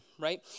right